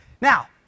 Now